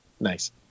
Nice